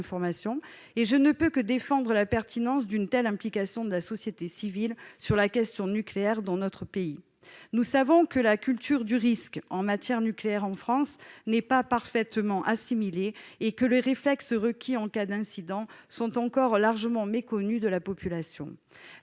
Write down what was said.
et je ne peux que défendre la pertinence d'une telle implication de la société civile dans la question nucléaire dans notre pays. Nous savons, en effet, que la culture du risque en matière nucléaire n'est pas parfaitement assimilée en France et que les réflexes requis en cas d'incident sont encore largement méconnus de la population.